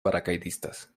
paracaidistas